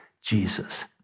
Jesus